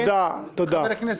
תודה, תודה.